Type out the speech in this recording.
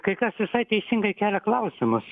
kai kas visai teisingai kelia klausimus